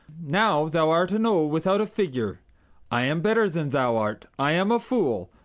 now thou art an o without a figure i am better than thou art i am a fool,